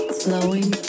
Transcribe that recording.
flowing